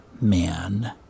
man